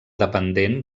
dependent